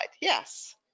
Yes